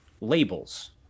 labels